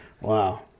Wow